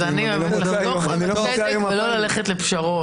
אז אני אוהבת לחתוך עם הצדק ולא ללכת לפשרות.